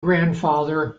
grandfather